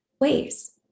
ways